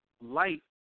light